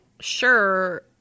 sure